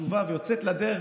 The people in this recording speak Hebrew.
חשובה ויוצאת לדרך,